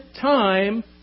time